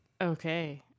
okay